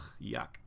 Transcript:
yuck